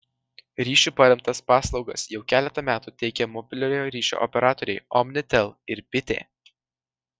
ryšiu paremtas paslaugas jau keletą metų teikia mobiliojo ryšio operatoriai omnitel ir bitė